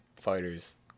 fighters